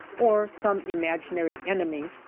or some imaginary enemy,